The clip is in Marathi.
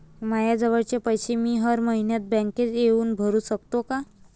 मायाजवळचे पैसे मी हर मइन्यात बँकेत येऊन भरू सकतो का?